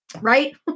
right